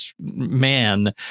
man